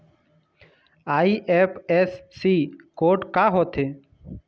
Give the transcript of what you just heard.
IFSC code का होथे?